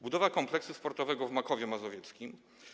Budowa kompleksu sportowego w Makowie Mazowieckim.